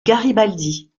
garibaldi